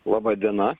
laba diena